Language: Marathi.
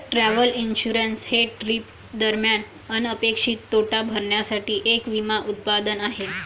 ट्रॅव्हल इन्शुरन्स हे ट्रिप दरम्यान अनपेक्षित तोटा भरण्यासाठी एक विमा उत्पादन आहे